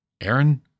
Aaron